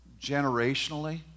generationally